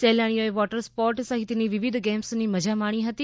સહેલાણીઓએ water sport સહિતની વિવિધ ગેમ્સની મજા માણી હતી